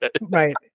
Right